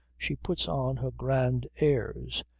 she puts on her grand airs.